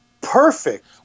perfect